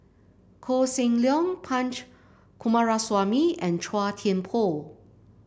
Koh Seng Leong Punch Coomaraswamy and Chua Thian Poh